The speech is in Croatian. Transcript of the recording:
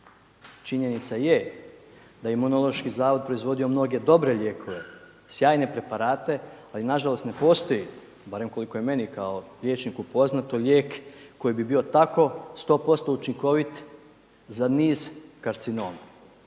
Činjenica je da je Imunološki zavod proizvodio mnoge dobre lijekove, sjajne preparate ali nažalost ne postoji, barem koliko je meni kao liječniku poznato, lijek koji bi bio tako 100% učinkovit za niz karcinoma.